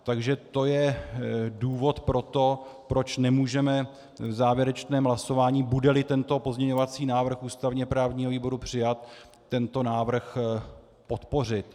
Takže to je důvod, proč nemůžeme v závěrečném hlasování, budeli tento pozměňovací návrh ústavněprávního výboru přijat, tento návrh podpořit.